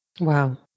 Wow